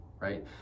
Right